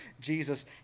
Jesus